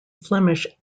flemish